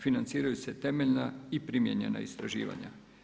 Financiraju se temeljna i primijenjena istraživanja.